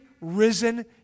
risen